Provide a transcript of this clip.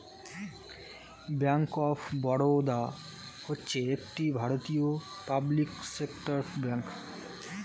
bank of Baroda হচ্ছে একটি ভারতীয় পাবলিক সেক্টর ব্যাঙ্ক